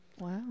Wow